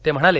ते म्हणाले